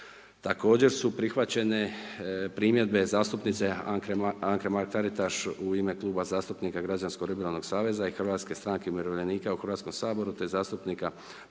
Također su prihvaćene primjedbe zastupnice Anke Mrak-Taritaš u ime Kluba zastupnika Građansko liberalnog saveza i Hrvatske stranke umirovljenika u Hrvatskom saboru, te zastupnika